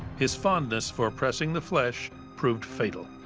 his fondness for pressing the flesh proved fatal.